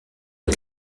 est